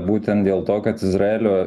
būtent dėl to kad izraelio